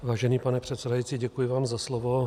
Vážený pane předsedající, děkuji vám za slovo.